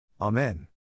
Amen